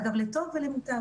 אגב, לטוב ולמוטב.